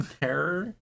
Terror